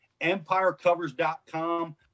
empirecovers.com